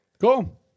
Cool